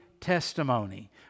testimony